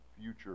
future